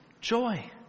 joy